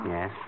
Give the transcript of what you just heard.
Yes